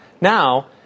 Now